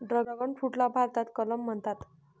dragon फ्रूटला भारतात कमलम म्हणतात